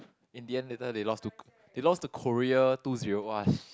in the end later they lost to they lost to Korea two zero !wah!